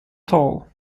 tall